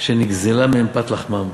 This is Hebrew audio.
שנגזלה מהן פת לחמן,